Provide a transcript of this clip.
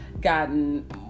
gotten